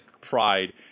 pride